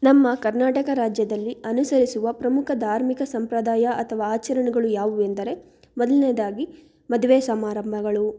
ನಮ್ಮ ಕರ್ನಾಟಕ ರಾಜ್ಯದಲ್ಲಿ ಅನುಸರಿಸುವ ಪ್ರಮುಖ ಧಾರ್ಮಿಕ ಸಂಪ್ರದಾಯ ಅಥವಾ ಆಚರಣೆಗಳು ಯಾವುವೆಂದರೆ ಮೊದಲನೇದಾಗಿ ಮದುವೆ ಸಮಾರಂಭಗಳು